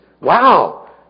Wow